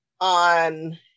on